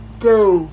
go